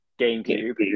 GameCube